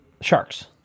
Sharks